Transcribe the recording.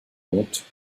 comtes